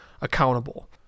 accountable